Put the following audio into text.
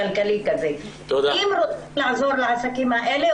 אם רוצים לעזור לעסקים האלה,